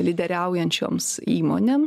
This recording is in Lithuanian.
lyderiaujančioms įmonėms